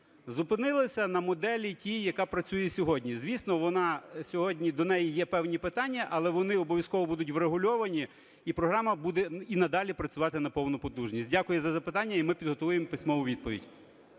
Зупинилися на моделі тій, яка працює сьогодні. Звісно, вона сьогодні, до неї є певні питання, але вони обов'язково будуть врегульовані і програма буде і надалі працювати на повну потужність. Дякую за запитання. І ми підготуємо письмову відповідь.